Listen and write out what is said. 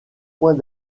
points